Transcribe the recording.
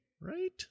right